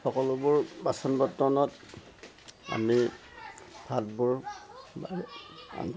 সকলোবোৰ বাচন বৰ্তনত আমি ভাতবোৰ